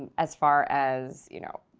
as far as, you know,